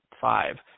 five